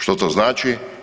Što to znači?